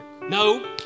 No